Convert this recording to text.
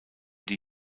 die